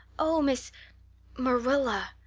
oh, miss marilla,